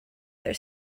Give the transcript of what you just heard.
their